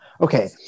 Okay